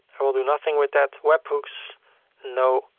i will do nothing with that. webhooks no.